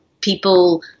People